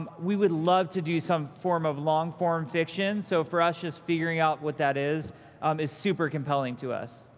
um we would love to do some form of longform fiction, so, for us, just figuring out what that is um is super compelling to us.